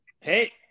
Hey